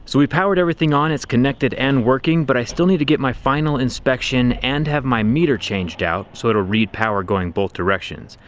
so we powered everything on and it's connected and working, but i still need to get my final inspection and have my meter changed out so it'll read power going both directions.